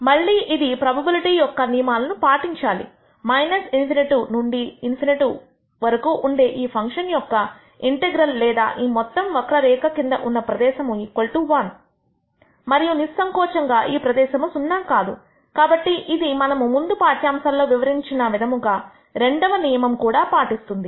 మళ్లీ ఇది ప్రోబబిలిటీ యొక్క నియమాలను పాటించాలి ∞ నుండి ∞ వరకు ఉండే ఈ ఫంక్షన్ యొక్క ఇంటెగ్రల్ లేదా ఈ మొత్తం వక్ర రేఖ కింద ఉన్న ప్రదేశము 1 మరియు నిస్సంకోచంగా ఈ ప్రదేశము సున్నా కాదు కాబట్టి ఇది మనము ముందు పాఠ్యాంశాల్లో వివరించిన విధముగా రెండవ నియమం కూడా పాటిస్తుంది